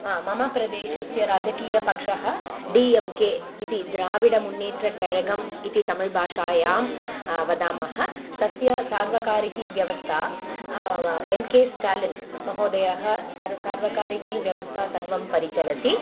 हा मम प्रदेशस्य राजकीयपक्षः डी एम् के इति द्राविड मुन्नेट्ट्र करगम् इति तमिळ्भाषायां वदामः तस्य सार्वकारिकी व्यवस्था एम् के स्ट्यालिन् महोदयः सार्व सार्वाकारिकीं व्यवस्थां सर्वां परिचालयति